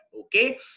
Okay